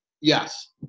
Yes